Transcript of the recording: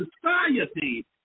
society